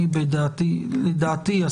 לדעתי,